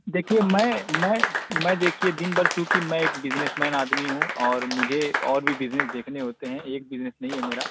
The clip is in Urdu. دیکھیے میں میں میں دیکھیے دن بھر چونکہ میں ایک بزنس مین آدمی ہوں اور مجھے اور بھی بزنس دیکھنے ہوتے ہیں ایک بزنس نہیں ہے میرا